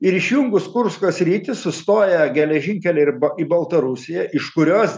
ir išjungus kursko sritį sustoja geležinkeliai į baltarusiją iš kurios